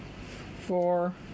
Four